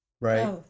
Right